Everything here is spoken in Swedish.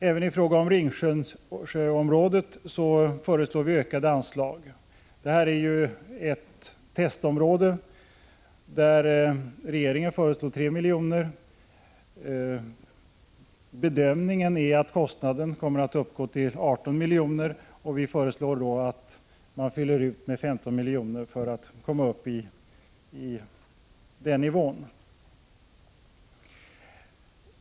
Även i fråga om Ringsjöområdet föreslår vi ökade anslag. Det här är ett testområde. Regeringen föreslår 3 milj.kr. Bedömningen är att kostnaden kommer att uppgå till 18 milj.kr., och vi föreslår att man fyller ut med 15 milj.kr. för att komma upp i den nivån.